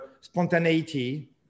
spontaneity